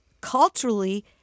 culturally